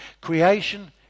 Creation